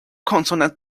consonant